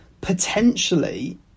potentially